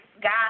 God